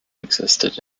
existed